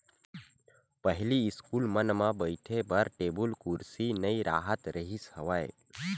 पहिली इस्कूल मन म बइठे बर टेबुल कुरसी नइ राहत रिहिस हवय